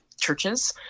churches